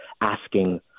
asking